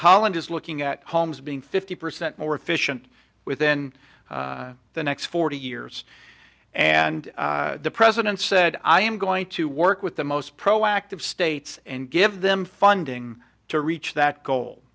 holland is looking at homes being fifty percent more efficient within the next forty years and the president said i am going to work with the most proactive states and give them funding to reach that goal